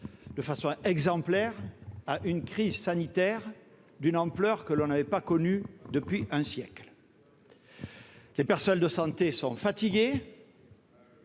de façon exemplaire, à une crise sanitaire d'une ampleur sans précédent depuis un siècle. Les personnels de santé sont fatigués,